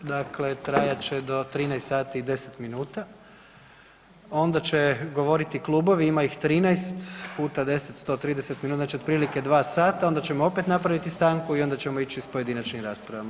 Dakle, trajat će do 13 sati i 10 minuta, onda će govoriti klubovi, ima ih 13 puta 10, 130 minuta, znači otprilike 2 sata onda ćemo opet napraviti stanku i onda ćemo ići s pojedinačnim raspravama.